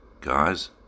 guys